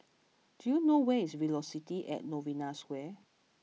do you know where is Velocity at Novena Square